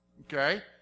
okay